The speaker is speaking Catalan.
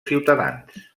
ciutadans